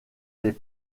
les